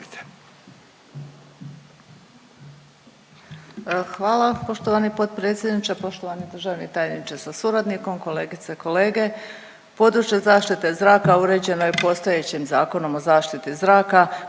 Hvala poštovani potpredsjedniče. Poštovani državni tajniče sa suradnikom, kolegice i kolege, područje zaštite zraka uređeno je postojećim Zakonom o zaštiti zraka